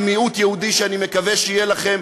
עם מיעוט יהודי שאני מקווה שיהיה לכם,